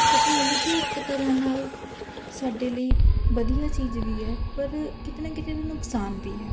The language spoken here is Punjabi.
ਤਕਨੋਲਜੀ ਇੱਕ ਤਰ੍ਹਾਂ ਨਾਲ ਸਾਡੇ ਲਈ ਵਧੀਆ ਚੀਜ਼ ਵੀ ਹੈ ਪਰ ਕਿਤੇ ਨਾ ਕਿਤੇ ਇਹਦੇ ਨੁਕਸਾਨ ਵੀ ਹੈ